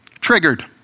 triggered